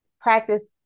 practice